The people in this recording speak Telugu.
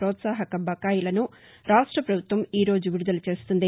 ప్రోత్సాహక బకాయిలను రాష్ట ప్రభుత్వం ఈ రోజు విడుదల చేస్తుంది